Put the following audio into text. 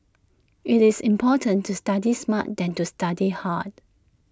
it's important to study smart than to study hard